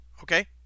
okay